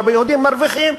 הרבה יהודים מרוויחים,